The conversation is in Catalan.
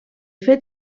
fet